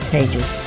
Pages